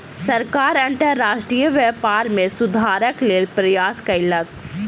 सरकार अंतर्राष्ट्रीय व्यापार में सुधारक लेल प्रयास कयलक